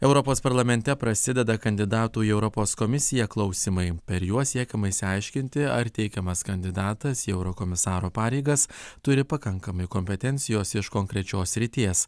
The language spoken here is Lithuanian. europos parlamente prasideda kandidatų į europos komisiją klausymai per juos siekiama išsiaiškinti ar teikiamas kandidatas į eurokomisaro pareigas turi pakankamai kompetencijos iš konkrečios srities